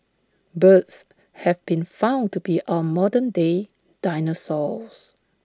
birds have been found to be our modern day dinosaurs